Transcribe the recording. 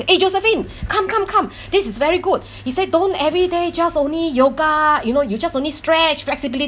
eh josephine come come come this is very good she said don't everyday just only yoga you know you just only stretch flexibility